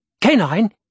Canine